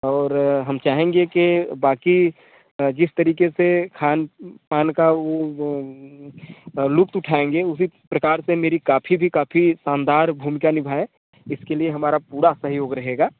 और हम चाहेंगे कि बाकी अ जिस तरीके से खान पान का लुत्फ़ उठाएँगे उसी प्रकार से मेरी कॉफी भी काफी शानदार भूमिका निभाए इसके लिए हमारा पूरा सहयोग रहेगा